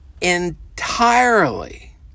entirely